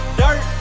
dirt